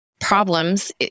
problems